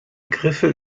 griffel